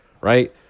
right